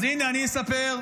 אז הינה, אני אספר.